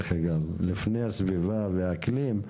לפני הסביבה והאקלים,